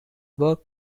work